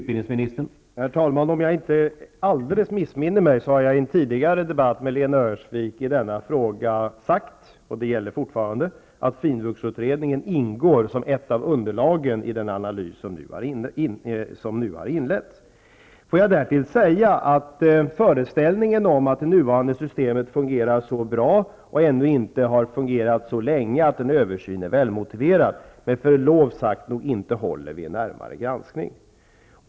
Herr talman! Om jag inte missminner mig helt har jag i en tidigare debatt med Lena Öhrsvik i denna fråga sagt, och det gäller fortfarande, att finvuxutredningen ingår som ett av underlagen i den analys som nu har inletts. Får jag därtill säga att föreställningen om att det nuvarande systemet fungerar så bra och ännu inte har fungerat så länge att en översyn är välmotiverad med förlov sagt nog inte håller vid en närmare granskning.